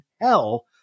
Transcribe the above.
hell